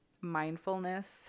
mindfulness